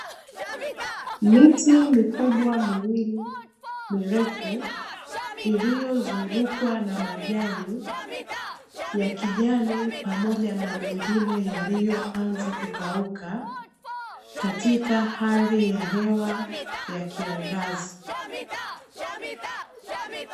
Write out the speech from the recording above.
Miti mikubwa miwili mirefu, iliyozungukwa na majani ya kijani, pamoja na mengine yaliyoanza kukauka katika hali ya hewa ya kiangazi.